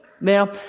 Now